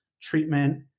treatment